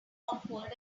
awkward